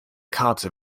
karte